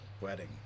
wedding